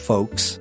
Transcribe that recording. Folks